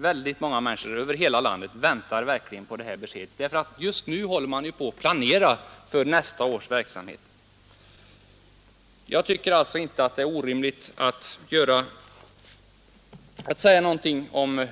Väldigt många människor över hela landet väntar på detta besked därför att man just nu håller på att planera för nästa års verksamhet. Jag tycker alltså inte det är orimligt att begära att man säger något om